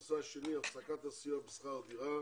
הנושא השני הפסקת הסיוע בשכר הדירה